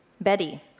Betty